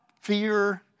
fear